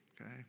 Okay